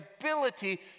ability